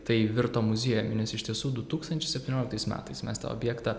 tai virto muziejum nes iš tiesų du tūkstančiai septynioliktais metais mes tą objektą